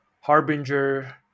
Harbinger